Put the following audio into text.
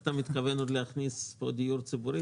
אתה מתכוון להכניס פה עוד דיור ציבורי?